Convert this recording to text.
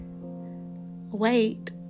wait